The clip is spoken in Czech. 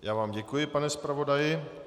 Já vám děkuji, pane zpravodaji.